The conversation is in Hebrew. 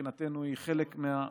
שמבחינתנו היא חלק, מה תוקצב,